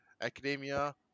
Academia